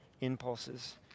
impulses